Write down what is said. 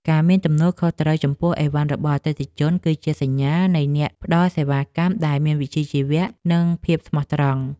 ការមានទំនួលខុសត្រូវចំពោះឥវ៉ាន់របស់អតិថិជនគឺជាសញ្ញាណនៃអ្នកផ្តល់សេវាកម្មដែលមានវិជ្ជាជីវៈ និងភាពស្មោះត្រង់។